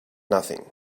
nothing